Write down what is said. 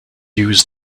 use